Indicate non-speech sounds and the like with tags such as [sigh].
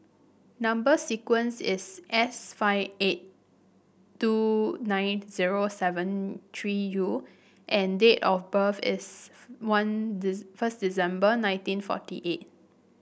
number sequence is S five eight two nine zero seven three U and date of birth is one [unintelligible] first December nineteen forty eight